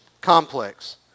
complex